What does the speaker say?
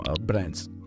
brands